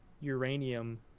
uranium